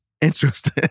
Interesting